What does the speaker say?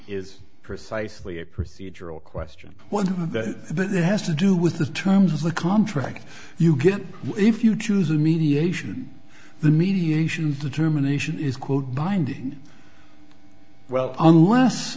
is precisely a procedural question one that there has to do with the terms of the contract you get if you choose a mediation the mediation determination is quote binding well unless